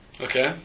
Okay